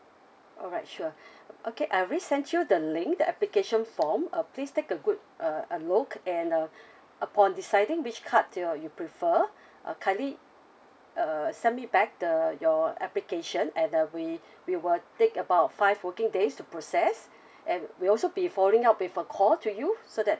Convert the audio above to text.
alright sure okay I will send you the link the application form uh please take a good uh a look and uh upon deciding which card uh you prefer uh kindly uh send me back the your application and uh we we will take about five working days to process and we'll also be following up with a call to you so that